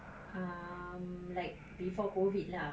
um like before COVID lah